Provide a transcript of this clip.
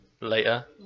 later